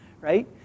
right